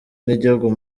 n’igihugu